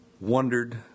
wondered